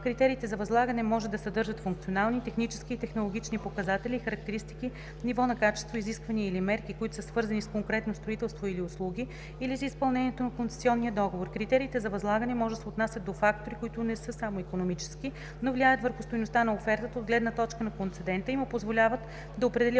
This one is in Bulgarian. Критериите за възлагане може да съдържат функционални, технически и технологични показатели и характеристики, ниво на качество, изисквания или мерки, които са свързани с конкретното строителство или услуги или с изпълнението на концесионния договор. Критериите за възлагане може да се отнасят до фактори, които не са само икономически, но влияят върху стойността на офертата от гледна точка на концедента и